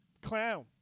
clown